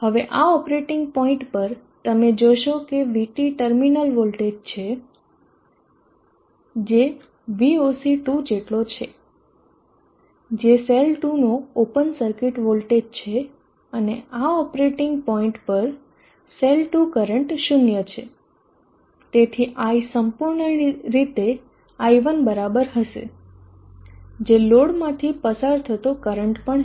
હવે આ operating point પર તમે જોશો કે VT ટર્મિનલ વોલ્ટેજ છે જે VOC2 જેટલો છે જે સેલ 2 નો ઓપન સર્કિટ વોલ્ટેજ છે અને આ ઓપરેટિંગ પોઇન્ટ પર સેલ 2 કરંટ 0 છે તેથી i સંપૂર્ણ રીતે i 1 બરાબર હશે જે લોડ માંથી પસાર થતો કરંટ પણ છે